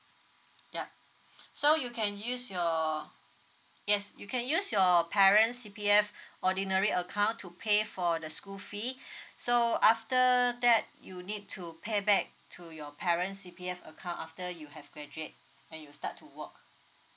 yup so you can use your yes you can use your parents C_P_F ordinary account to pay for the school fee so after that you need to pay back to your parents C_P_F account after you have graduate and you start to work